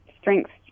strengths